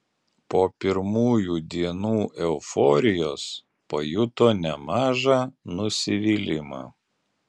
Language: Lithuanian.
po pirmųjų dienų euforijos pajuto nemažą nusivylimą